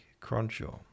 Cronshaw